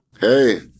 Hey